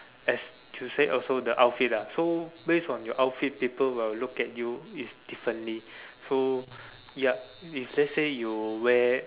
as to say also the outfit ah so based on your outfit people will look at you is differently so yup if let's say you wear